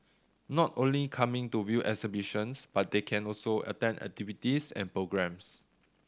not only coming to view exhibitions but they can also attend activities and programmes